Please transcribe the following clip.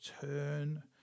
turn